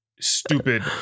Stupid